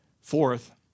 Fourth